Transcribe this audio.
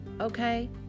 okay